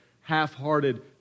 half-hearted